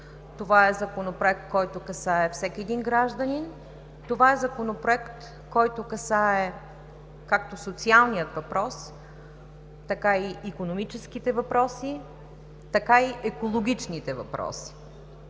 Това е Законопроект, който касае всеки един гражданин. Това е Законопроект, който касае както социалния въпрос, така и икономическите въпроси, така и екологичните въпроси.